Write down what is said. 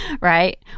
Right